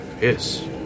yes